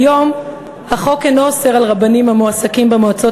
כיום החוק אינו אוסר על רבנים המועסקים במועצות